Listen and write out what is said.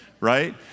right